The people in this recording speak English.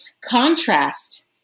contrast